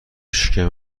شکم